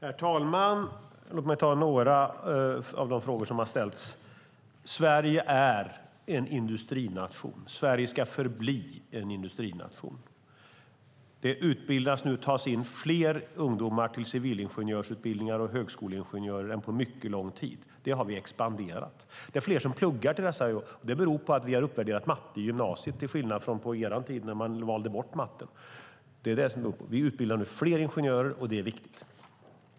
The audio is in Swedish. Herr talman! Låt mig svara på några av de frågor som har ställts. Sverige är en industrination. Sverige ska förbli en industrination. Det tas in fler ungdomar till civilingenjörsutbildningar och högskoleingenjörsutbildningar än på mycket lång tid. Där har vi expanderat. Det är fler som pluggar till dessa yrken, och det beror på att vi har uppvärderat matte i gymnasiet, till skillnad från på er tid då man valde bort matten. Vi utbildar nu fler ingenjörer, och det är viktigt.